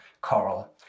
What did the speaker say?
coral